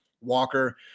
Walker